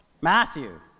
Matthew